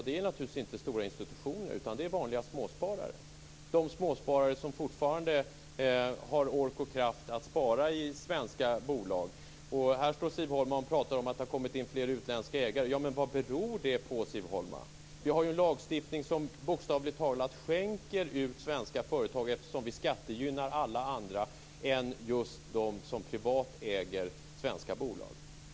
Det är naturligtvis inte stora institutioner utan vanliga småsparare - de småsparare som fortfarande har ork och kraft att spara i svenska bolag. Siv Holma pratar om att det har kommit in fler utländska ägare. Vad beror det på, Siv Holma? Vi har ju en lagstiftning som bokstavligt talat skänker ut svenska företag, eftersom den skattegynnar alla andra än just dem som privat äger svenska bolag.